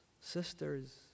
sisters